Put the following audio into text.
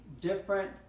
different